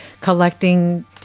collecting